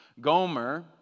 Gomer